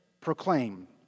proclaim